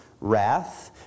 wrath